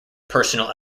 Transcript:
personal